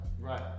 right